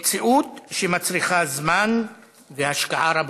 מציאות שמצריכה זמן והשקעה רבה.